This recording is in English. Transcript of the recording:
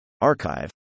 Archive